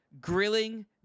grilling